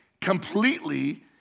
completely